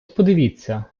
подивіться